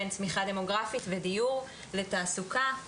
בין צמחיה דמוגרפית ודיור לתעסוקה,